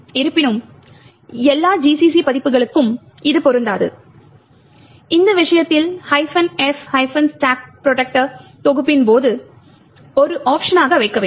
இருப்பினும் எல்லா GCC பதிப்புகளுக்கும் இது பொருந்தாது இந்த விஷயத்தில் f stack protector தொகுப்பின் போது ஒரு ஒப்ஷனாக வைக்க வேண்டும்